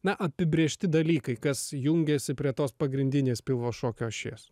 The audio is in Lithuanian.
na apibrėžti dalykai kas jungiasi prie tos pagrindinės pilvo šokio ašies